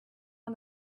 one